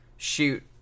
Shoot